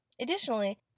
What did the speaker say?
Additionally